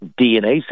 DNA